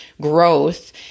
growth